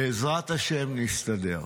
בעזרת השם, נסתדר.